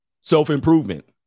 self-improvement